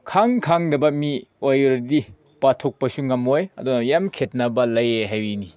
ꯈꯪ ꯈꯪꯗꯕ ꯃꯤ ꯑꯣꯏꯔꯗꯤ ꯄꯥꯊꯣꯛꯄꯁꯨ ꯉꯝꯃꯣꯏ ꯑꯗꯨꯅ ꯌꯥꯝ ꯈꯦꯠꯅꯕ ꯂꯩꯌꯦ ꯍꯥꯏꯌꯦꯅꯤ